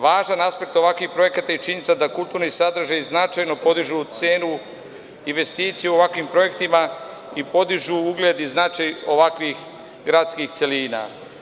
Važan aspekt ovakvih projekata je činjenica da kulturni značaji znatno podižu cenu investicije u ovakvim projektima i podižu ugledi značaj ovakvih gradskih celina.